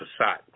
Passat